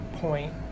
point